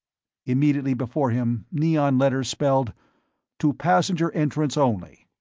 immediately before him, neon letters spelled to passenger entrance only.